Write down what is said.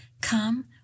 Come